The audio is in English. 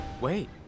Wait